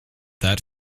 that